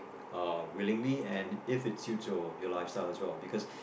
willing and if it's suits your your life style as well because